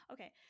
Okay